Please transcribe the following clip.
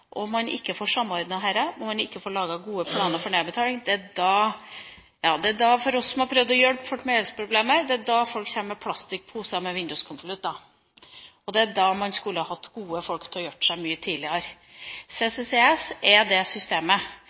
man får ikke samordnet dette, og man får ikke lagd gode planer for nedbetaling, det er da – for oss som har prøvd å hjelpe folk med gjeldsproblemer – folk kommer med plastikkposer med vinduskonvolutter. Det er da man skulle hatt gode folk til å hjelpe seg mye tidligere. CCCS er det systemet